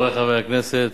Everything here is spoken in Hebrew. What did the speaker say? חברי חברי הכנסת,